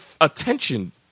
attention